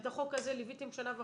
את החוק הזה ליוויתם שנה וחצי.